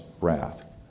wrath